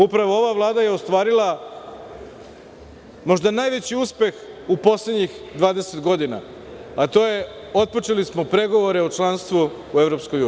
Upravo ova Vlada je ostvarila možda najveći uspeh u poslednjih 20 godina, a to su – otpočeli smo pregovore o članstvu u EU.